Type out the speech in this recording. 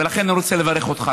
ולכן, אני רוצה לברך אותך.